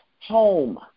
home